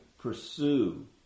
pursue